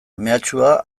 mehatxua